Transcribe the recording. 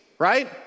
right